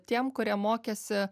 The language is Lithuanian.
tiem kurie mokėsi